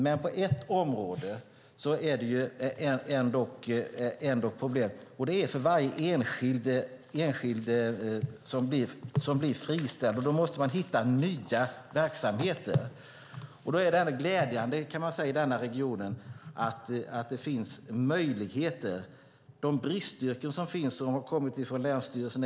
Men det är ett problem för varje enskild som blir friställd. Då måste man hitta nya verksamheter. Det är glädjande att det finns möjligheter i den här regionen. Det har kommit en redovisning av bristyrken från länsstyrelsen.